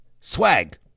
swag